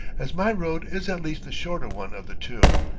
as my road is at least the shorter one of the two.